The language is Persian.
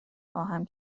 خواهم